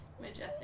majestic